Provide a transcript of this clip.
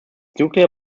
nuclear